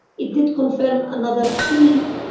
it did confirm another key